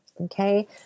okay